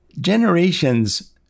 Generations